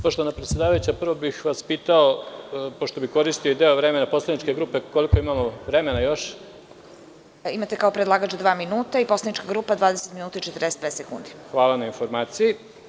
Poštovana predsedavajuća, prvo bih vas pitao, pošto bih koristio deo vremena poslaničke grupe, koliko imamo vremena još? (Predsedavajuća: Imate kao predlagač dva minuta i poslanička grupa 20 minuta i 45 sekundi.) Hvala na informaciji.